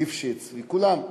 ליפשיץ וכולם.